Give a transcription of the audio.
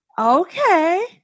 Okay